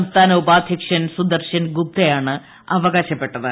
സംസ്ഥാന ഉപാധ്യ ക്ഷൻ സുദെർശൻ ഗ്ലൂപ്തയാണ് അവകാശപ്പെട്ടത്